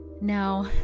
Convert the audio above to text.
Now